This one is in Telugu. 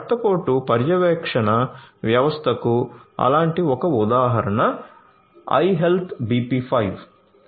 రక్తపోటు పర్యవేక్షణ వ్యవస్థకు అలాంటి ఒక ఉదాహరణ ఐహెల్త్ బిపి 5